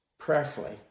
Prayerfully